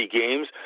games